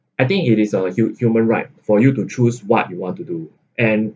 I think it is a hu~ human right for you to choose what you want to do and